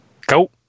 Go